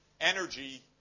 energy